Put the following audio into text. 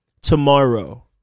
tomorrow